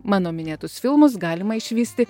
mano minėtus filmus galima išvysti